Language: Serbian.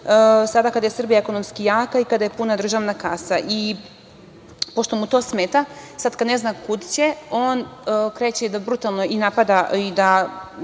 kada je Srbija ekonomski jaka i kada je puna državna kasa i pošto mu to smeta, sada kada ne zna kud će, on kreće da brutalno i napada i da